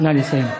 נא לסיים.